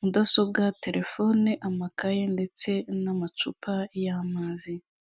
mudasobwa, telefone, amakaye, ndetse n'amacupa y'amazi.